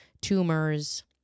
tumors